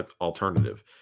alternative